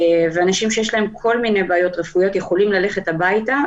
כל מיני בעיות רפואיות יכולים ללכת הביתה.